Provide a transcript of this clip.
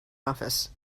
office